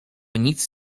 nic